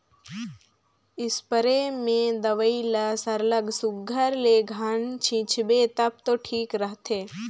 spray में दवई ल सरलग सुग्घर ले घन छींचबे तब दो ठीक रहथे